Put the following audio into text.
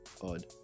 Odd